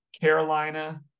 Carolina